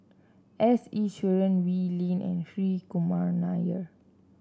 S Iswaran Wee Lin and Hri Kumar Nair